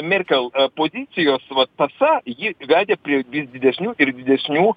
merkel pozicijos vat tąsa ji vedė prie vis didesnių ir didesnių